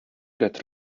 that